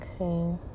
Okay